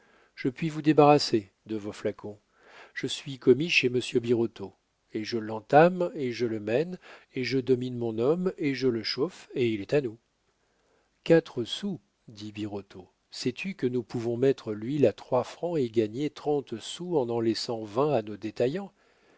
je puis vous débarrasser de vos flacons je suis commis chez monsieur birotteau et je l'entame et je le mène et je domine mon homme et je le chauffe et il est à nous quatre sous dit birotteau sais-tu que nous pouvons mettre l'huile à trois francs et gagner trente sous en en laissant vingt à nos détaillants